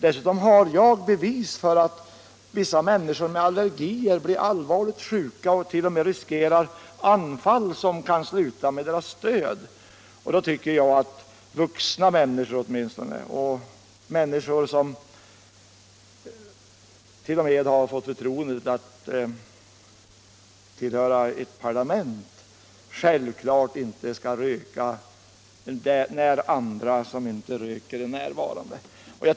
Dessutom har jag bevis för att vissa människor med allergier blir allvarligt sjuka och t.o.m. riskerar anfall som kan sluta med deras död. Då tycker jag att åtminstone vuxna människor —- människor som rent av har fått förtroendet att tillhöra ett parlament — självfallet inte skall röka när andra som inte röker är närvarande.